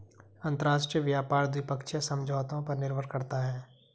अंतरराष्ट्रीय व्यापार द्विपक्षीय समझौतों पर निर्भर करता है